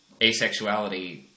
asexuality